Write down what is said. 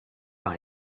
par